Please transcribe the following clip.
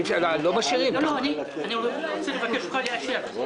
לא, אני רוצה לבקש ממך לאשר.